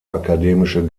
akademische